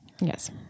Yes